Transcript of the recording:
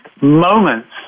moments